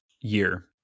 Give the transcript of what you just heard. year